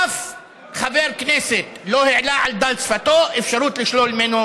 אף חבר כנסת לא העלה על דל שפתו אפשרות לשלול ממנו,